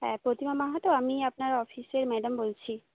হ্যাঁ প্রতিমা মাহাতো আমি আপনার অফিসের ম্যাডাম বলছি